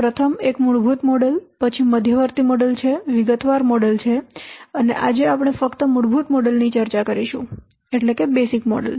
પ્રથમ એક મૂળભૂત મોડેલ પછી મધ્યવર્તી મોડેલ છે વિગતવાર મોડેલ છે અને આજે આપણે ફક્ત મૂળભૂત મોડેલ ની ચર્ચા કરીશું